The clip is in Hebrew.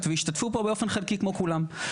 וישתתפו פה באופן חלקי כמו כולם.